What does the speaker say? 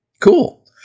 cool